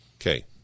Okay